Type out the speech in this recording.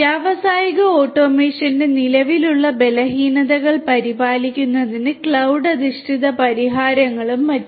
വ്യാവസായിക ഓട്ടോമേഷന്റെ നിലവിലുള്ള ബലഹീനതകൾ പരിപാലിക്കുന്നത് ക്ലൌഡ് അധിഷ്ഠിത പരിഹാരങ്ങളും മറ്റും